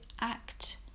act